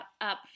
up